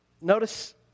Notice